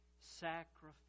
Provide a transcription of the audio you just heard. sacrifice